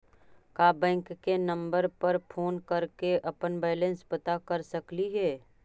का बैंक के नंबर पर फोन कर के अपन बैलेंस पता कर सकली हे?